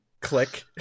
Click